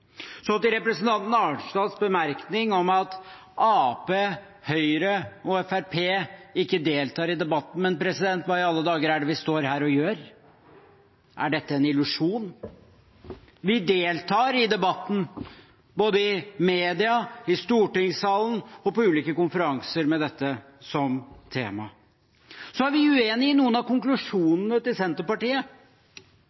Til representanten Arnstads bemerkning om at Arbeiderpartiet, Høyre og Fremskrittspartiet ikke deltar i debatten: Hva i alle dager er det vi står her og gjør? Er dette en illusjon? Vi deltar i debatten, både i media, i stortingssalen og på ulike konferanser med dette som tema. Vi er uenig i noen av